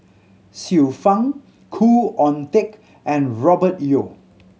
Xiu Fang Khoo Oon Teik and Robert Yeo